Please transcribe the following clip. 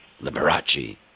Liberace